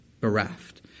bereft